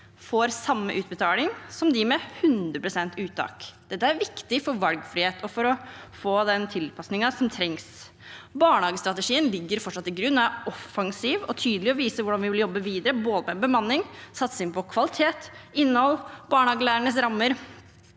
får samme utbetaling som dem med 100 pst. uttak. Dette er viktig for valgfrihet og for å få den tilpasningen som trengs. Barnehagestrategien ligger fortsatt til grunn og er offensiv og tydelig og viser hvordan vi vil jobbe videre med både bemanning, satsing på kvalitet, innhold og barnehagelærernes rammer.